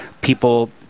people